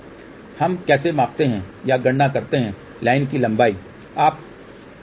हम कैसे मापते हैं या गणना करते हैं लाइन की लंबाई आप क्या करते हैं